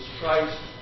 Christ